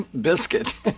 biscuit